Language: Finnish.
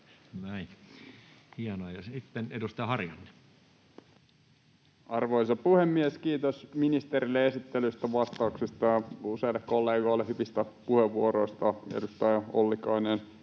laeiksi Time: 18:07 Content: Arvoisa puhemies! Kiitos ministerille esittelystä, vastauksista ja useille kollegoille hyvistä puheenvuoroista — edustaja Ollikainen,